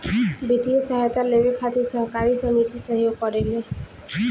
वित्तीय सहायता लेबे खातिर सहकारी समिति सहयोग करेले